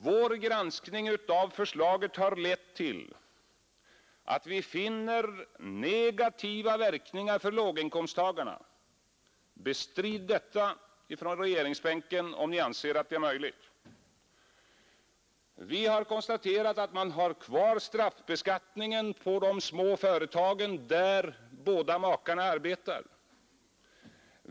Vår granskning av förslaget har lett till att vi där finner negativa verkningar för låginkomsttagarna. Bestrid detta från regeringsbänken, om ni anser att det är möjligt! Vi har konstaterat att straffbeskattningen finns kvar för de små företagen, där två makar arbetar.